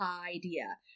idea